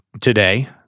today